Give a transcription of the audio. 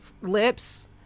lips